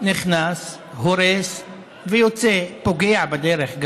נכנס, הורס ויוצא, גם פוגע בדרך.